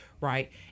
Right